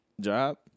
job